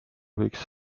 võiks